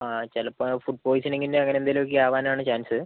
ആ ചിലപ്പോൾ ഫുഡ് പോയിസണിങ്ങിൻ്റെ അങ്ങനെ എന്തെങ്കിലുമൊക്കെ ആവാനാണ് ചാൻസ്